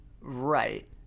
right